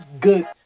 good